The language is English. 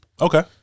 Okay